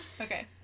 Okay